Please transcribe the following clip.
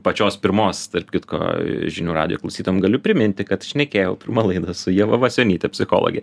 pačios pirmos tarp kitko žinių radijo klausytojam galiu priminti kad šnekėjau pirmą laidą su ieva vasionyte psichologe